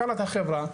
הכרת החברה,